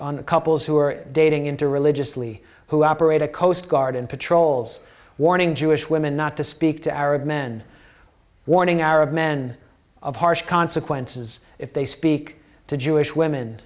on the couples who are dating into religiously who operate a coast guard and patrols warning jewish women not to speak to arab men warning arab men of harsh consequences if they speak to jewish women